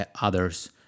others